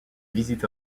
visite